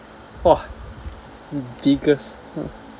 !wah! biggest